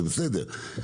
זה בסדר,